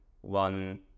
one